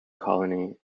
colony